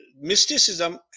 mysticism